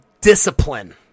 discipline